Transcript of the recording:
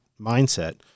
mindset